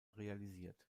realisiert